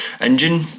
engine